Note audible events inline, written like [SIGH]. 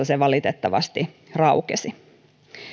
[UNINTELLIGIBLE] se valitettavasti raukesi